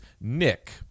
Nick